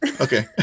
Okay